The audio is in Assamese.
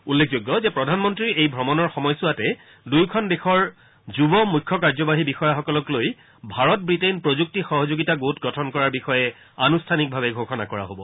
উল্লেখযোগ্য যে প্ৰধানমন্তীৰ এই ভ্ৰমণৰ সময়ছোৱাতে দুয়োখন দেশৰ যুৱ মুখ্য কাৰ্যবাহী বিষয়াসকলক লৈ ভাৰত ৱিটেইন প্ৰযুক্তি সহযোগিতা গোট গঠন কৰাৰ বিষয়ে আনুষ্ঠানিকভাৱে ঘোষণা কৰা হব